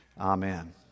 Amen